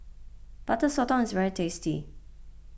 Butter Sotong is very tasty